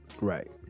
Right